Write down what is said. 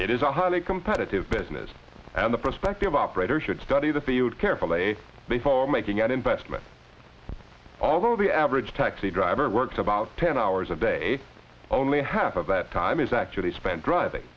it is a highly competitive business and the prospective operator should study the field carefully before making an investment although the average taxi driver works about ten hours a day only half of that time is actually spent driving